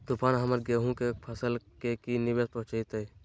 तूफान हमर गेंहू के फसल के की निवेस पहुचैताय?